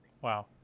Wow